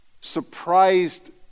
surprised